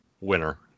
winner